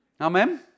Amen